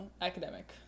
academic